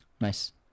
Nice